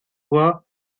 voie